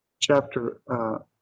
chapter